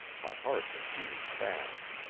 my heart was beating fast.